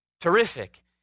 terrific